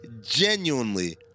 genuinely